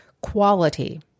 quality